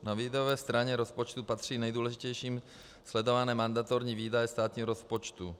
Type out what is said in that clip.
Na výdajové straně rozpočtu patří k nejdůležitějším sledované mandatorní výdaje státního rozpočtu.